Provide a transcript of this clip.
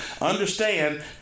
understand